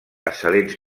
excel·lents